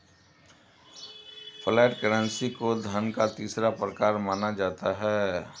flat currency को धन का तीसरा प्रकार माना जाता है